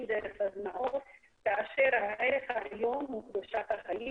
דרך סדנאות כאשר הערך העליון הוא קדושת החיים.